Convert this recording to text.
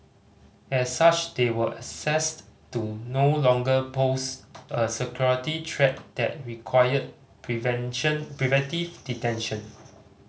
as such they were assessed to no longer pose a security threat that required prevention preventive detention